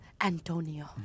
Antonio